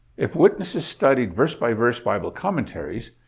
if witnesses studied verse-by-verse bible commentaries,